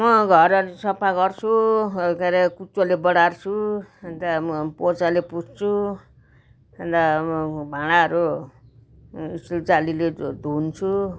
म घरहरू सफा गर्छु के हरे कुच्चोले बडार्छु अन्त म पोचाले पुस्छु अन्त म भाँडाहरू यसो जालीले धुन्छु